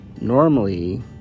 Normally